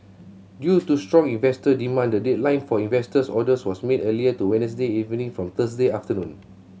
due to strong investor demand the deadline for investor orders was made earlier to Wednesday evening from Thursday afternoon